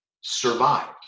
survived